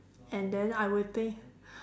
and then I would think